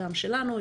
גם שלנו,